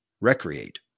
recreate